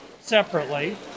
separately